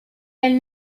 elle